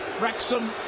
Wrexham